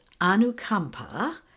anukampa